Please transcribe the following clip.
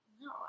no